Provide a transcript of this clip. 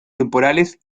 temporales